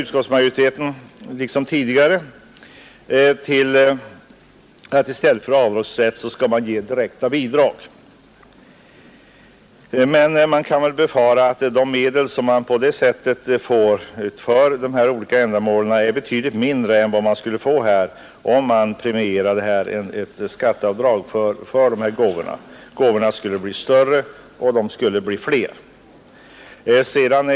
Utskottsmajoriteten hänvisar liksom tidigare till att man i stället för avdragsrätt skall ge direkta bidrag. Men man kan väl befara att de medel som på det sättet skulle ges till dessa olika ändamål är betydligt mindre än de som skulle utgå om man tillät ett skatteavdrag för dessa gåvor. Gåvorna skulle bli större och säkert också fler.